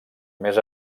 més